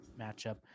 matchup